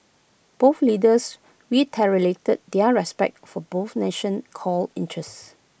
both leaders reiterated their respect for both nation's core interests